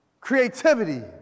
creativity